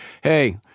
Hey